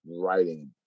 writing